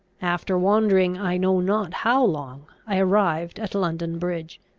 after wandering i know not how long, i arrived at london bridge.